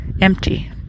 empty